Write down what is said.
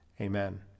Amen